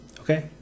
Okay